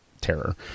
terror